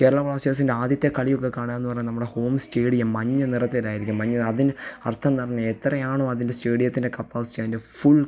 കേരള ബ്ലാസ്റ്റേഴ്സിൻ്റെ ആദ്യത്തെ കളിയൊക്കെ കാണുകായെന്ന് പറഞ്ഞാൽ നമ്മുടെ ഹോം സ്റ്റേഡിയം മഞ്ഞ നിറത്തേലായിരിക്കും മഞ്ഞ അതിൻ്റെ അർത്ഥം എന്ന് പറഞ്ഞാൽ എത്രയാണോ അതിൻ്റെ സ്റ്റേഡിയത്തിൻ്റെ കപ്പാസിറ്റി അതിൻ്റെ ഫുൾ